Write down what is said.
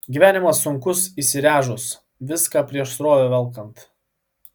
gyvenimas sunkus įsiręžus viską prieš srovę velkant